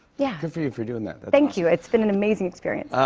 yeah. good for you for doing that. thank you. it's been an amazing experience.